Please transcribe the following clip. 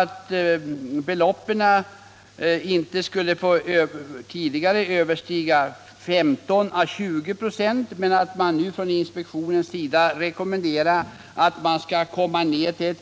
Tidigare skulle inte specialinlåningen få överstiga 15 å 20 26 av den totala inlåningen, men nu sägs det att inspektionen rekommenderar en begränsning till